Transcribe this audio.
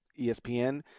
ESPN